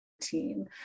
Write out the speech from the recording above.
team